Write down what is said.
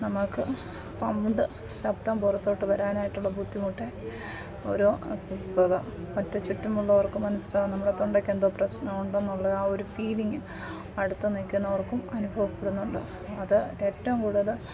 നമുക്ക് സൗണ്ട് ശബ്ദം പുറത്തോട്ട് വരാനായിട്ടുള്ള ബുദ്ധിമുട്ട് ഓരോ അസ്വസ്ഥത മറ്റ് ചുറ്റുമുള്ളവർക്ക് മനസ്സിലാകും നമ്മുടെ തൊണ്ടയ്ക്കെന്തോ പ്രശ്നമുണ്ടെന്നുള്ള ആ ഒരു ഫീലിങ്ങ് അടുത്ത് നിൽക്കുന്നവർക്കും അനുഭവപ്പെടുന്നതുകൊണ്ട് അത് ഏറ്റവും കൂടുതൽ